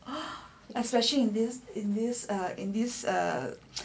especially in this in this in this err